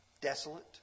desolate